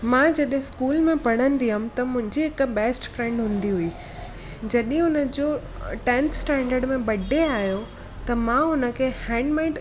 मां जॾहिं स्कूल में पढ़ंदी हुअमि त मुंहिंजी हिक बेस्ट फ्रैंड हूंदी हुई जॾहिं हुनजो टेंथ स्टेंडड में बडे आयो त मां हुनखे हैंडमेड